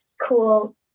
cool